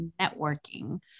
networking